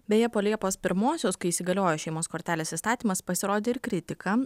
beje po liepos pirmosios kai įsigaliojo šeimos kortelės įstatymas pasirodė ir kritika